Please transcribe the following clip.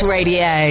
Radio